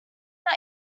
that